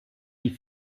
die